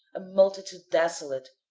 a multitude desolate,